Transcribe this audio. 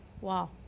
Wow